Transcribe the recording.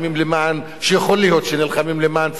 שיכול להיות שנלחמים למען צדק,